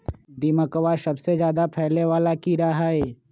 दीमकवा सबसे ज्यादा फैले वाला कीड़ा हई